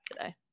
today